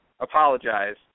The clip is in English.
apologize